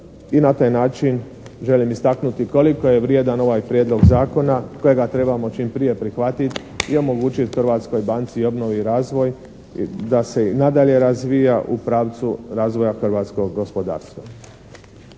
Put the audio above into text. i na taj način želim istaknuti koliko je vrijedan ovaj Prijedlog zakona kojega trebamo čim prije prihvatiti i omogućiti Hrvatskoj banci i obnovi i razvoj da se i nadalje razvija u pravcu razvoja hrvatskog gospodarstva.